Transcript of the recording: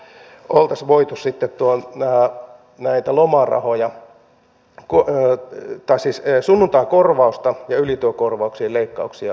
eikö oltaisi voitu sitten tuon minä näitä lomarahoja kotelot taas iskee sunnuntaikorvausta ja ylityökorvauksien leikkauksia vaihtaa siihen lomarahaan